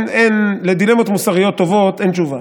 לדילמות מוסריות טובות אין תשובה,